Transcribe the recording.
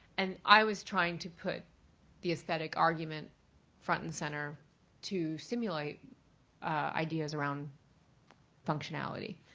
and i was trying to put the aesthetic argument front and center to simulate ideas around functionality.